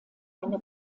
eine